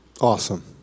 Awesome